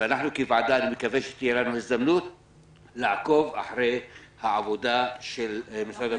אני מקווה שתהיה לוועדה הזדמנות לעקוב אחרי העבודה של משרד.